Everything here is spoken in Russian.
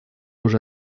уже